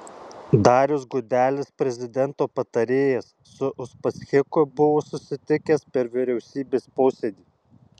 darius gudelis prezidento patarėjas su uspaskichu buvo susitikęs per vyriausybės posėdį